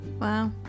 Wow